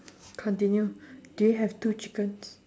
continue do you have two chickens